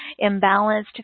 imbalanced